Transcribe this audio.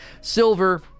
silver